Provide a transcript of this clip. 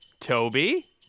Toby